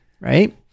Right